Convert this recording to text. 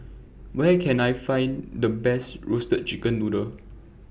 Where Can I Find The Best Roasted Chicken Noodle